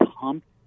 pumped